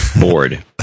bored